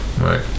right